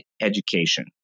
education